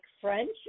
French